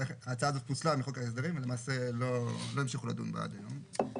וההצעה הזאת פוסלה מחוק ההסדרים ולמעשה לא המשיכו לדון בה עד היום.